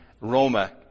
Roma